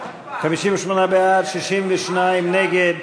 58 בעד, 62 נגד.